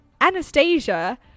Anastasia